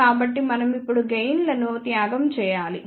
కాబట్టి మనం ఇప్పుడు గెయిన్ల ను త్యాగం చేయాలి